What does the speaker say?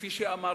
כפי שאמרתי,